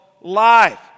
life